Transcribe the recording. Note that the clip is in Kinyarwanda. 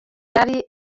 yari